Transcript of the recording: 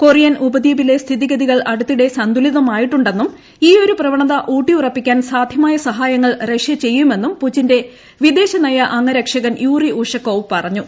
Korean ഉപദ്വീപിലെ സ്ഥിതിഗതികൾ അടുത്തിടെ സന്തുലിതമായിട്ടുണ്ടെന്നും ഈയൊരു പ്രവണത ഊട്ടിയുറപ്പിക്കാൻ സാധ്യമായ സഹായങ്ങൾ റഷ്യ ചെയ്യുമെന്നും പുചിന്റെ വിദേശ നയ അംഗരക്ഷകൻ യൂറി ഉഷകോവ് പറഞ്ഞു